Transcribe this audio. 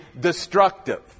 destructive